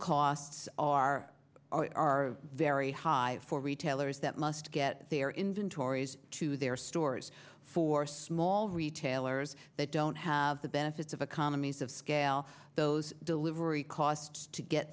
costs are are very high for retailers that must get their inventories to their stores for small retailers that don't have the benefits of economies of scale those delivery costs to get